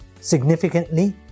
significantly